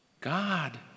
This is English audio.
God